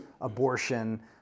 abortion